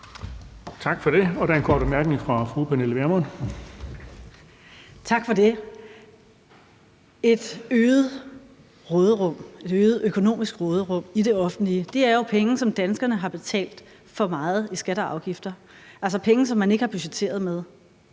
Tak for det. Der er en kort bemærkning fra fru Pernille Vermund. Kl. 13:05 Pernille Vermund (NB): Tak for det. Et øget økonomisk råderum i det offentlige er jo penge, som danskerne har betalt for meget i skatter og afgifter, altså penge, som man ikke har budgetteret med.